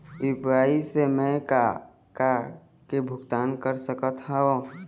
UPI से मैं का का के भुगतान कर सकत हावे?